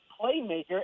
playmaker